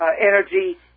energy